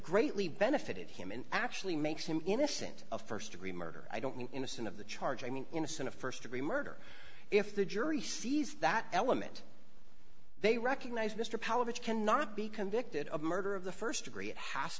greatly benefited him and actually makes him innocent of st degree murder i don't mean innocent of the charge i mean innocent of st degree murder if the jury sees that element they recognize mr power which cannot be convicted of murder of the st degree it has